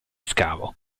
scavo